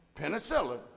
penicillin